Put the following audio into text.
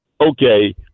okay